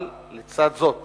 אבל לצד זאת